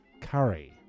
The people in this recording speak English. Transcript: curry